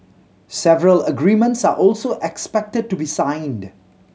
several agreements are also expected to be signed